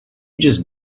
just